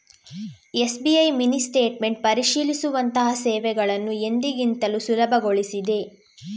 SBI mini statement ಪರಿಶೀಲಿಸುವಂತಹ ಸೇವೆಗಳನ್ನು ಎಂದಿಗಿಂತಲೂ ಸುಲಭಗೊಳಿಸಿದೆ